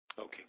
Okay